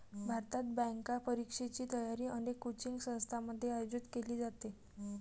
भारतात, बँक परीक्षेची तयारी अनेक कोचिंग संस्थांमध्ये आयोजित केली जाते